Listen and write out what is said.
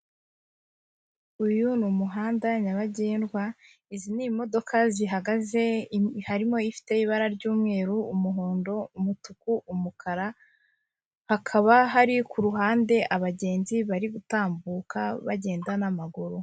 Uyu ni umuhanda nyabagendwa, izi ni imodoka zihagaze harimo: ifite ibara ry'umweru, umuhondo, umutuku, umukara, hakaba hari ku ruhande abagenzi bari gutambuka bagenda n'amaguru.